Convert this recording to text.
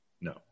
No